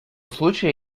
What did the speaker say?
случае